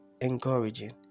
encouraging